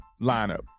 lineup